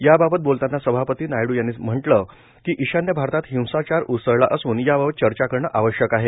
याबाबत बोलतांना सभापती नायडू यांनी म्हटलं की ईशान्य भारतात हिंसाचार उसळला असून याबद्दल चर्चा करणं आवश्यक आहे